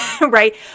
right